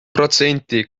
protsenti